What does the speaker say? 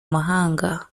mahanga